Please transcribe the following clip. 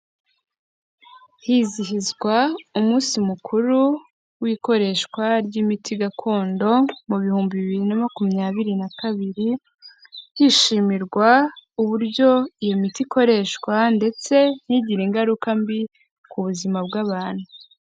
Hizihizwa umunsi mukuru w'ikoreshwa ry'imiti gakondo mu bihumbi bibiri na makumyabiri na kabiri, hishimirwa uburyo iyo miti ikoreshwa, ndetse ntigire ingaruka mbi ku buzima bw'abantu.